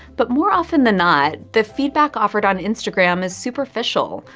but more often than not the feedback offered on instagram is superficial,